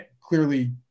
clearly